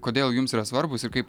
kodėl jums yra svarbūs ir kaip